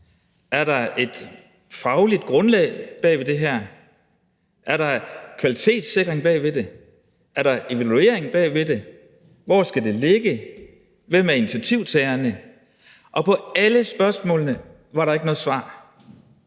Er der et fagligt grundlag bag ved det her? Er der kvalitetssikring bag ved det? Er der en evaluering bag ved det? Hvor skal det ligge? Hvem er initiativtagerne? Og på alle spørgsmålene var der ikke noget svar.